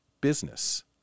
business